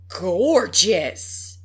gorgeous